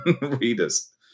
readers